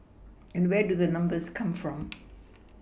and where do the numbers come from